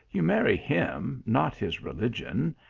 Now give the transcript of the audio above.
you marry him not his religion.